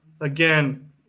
Again